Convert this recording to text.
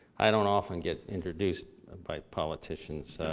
i don't often get introduced by politicians.